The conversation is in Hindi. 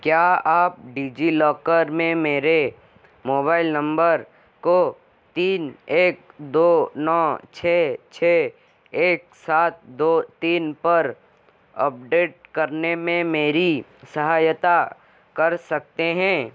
क्या आप डिजिलॉकर में मेरे मोबाइल नंबर को तीन एक दो नौ छः छः एक सात दो तीन पर अपडेट करने में मेरी सहायता कर सकते हैं